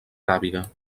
aràbiga